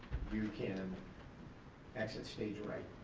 you can exit stage right,